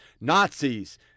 Nazis